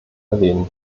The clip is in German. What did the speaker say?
erwähnen